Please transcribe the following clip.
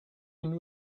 and